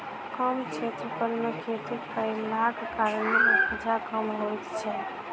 कम क्षेत्रफल मे खेती कयलाक कारणेँ उपजा कम होइत छै